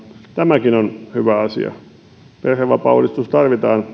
tämäkin on hyvä asia perhevapaauudistus tarvitaan